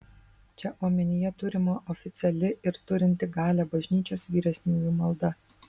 čia omenyje turima oficiali ir turinti galią bažnyčios vyresniųjų malda